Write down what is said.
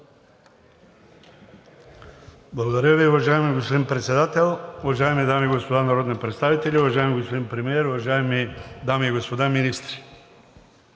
Благодаря Ви, уважаеми господин Председател. Уважаеми дами и господа народни представители, уважаеми господин Премиер, уважаеми дами и господа министри!